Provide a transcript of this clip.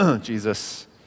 Jesus